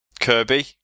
Kirby